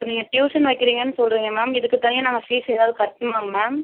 நீங்கள் ட்யூஷன் வைக்கிறிங்கனு சொல்லுறீங்க மேம் இதுக்கு தனியாக நாங்கள் ஃபீஸ் எதாவது கட்டணுமாங்க மேம்